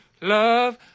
Love